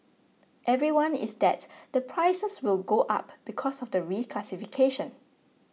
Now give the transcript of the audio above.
everyone is that the prices will go up because of the reclassification